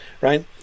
right